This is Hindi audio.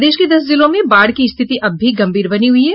प्रदेश के दस जिलों में बाढ़ की स्थिति अब भी गम्भीर बनी हुई है